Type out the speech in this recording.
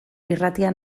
irratia